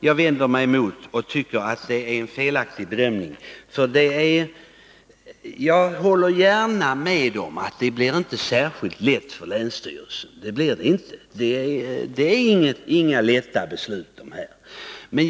Jag håller gärna med om att det inte blir särskilt lätt för länsstyrelsen. Det här är inga enkla beslut.